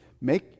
make